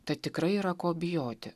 tad tikrai yra ko bijoti